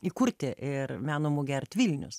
įkurti ir meno mugę art vilnius